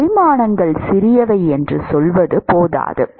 பரிமாணங்கள் சிறியவை என்று சொல்வது போதாது